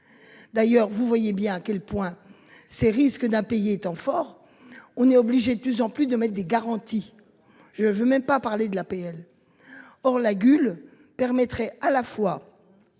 D'ailleurs, vous voyez bien à quel point ces risques d'impayés. Temps fort, on est obligé de plus en plus de maîtres des garanties. Je veux même pas parler de l'APL. Or la Gul permettrait à la fois.